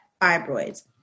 fibroids